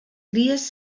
cries